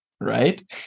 right